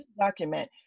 document